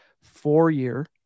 four-year